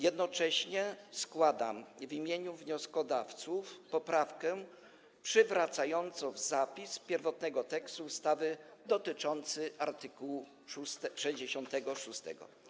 Jednocześnie składam w imieniu wnioskodawców poprawkę przywracającą zapis pierwotnego tekstu ustawy dotyczący art. 66.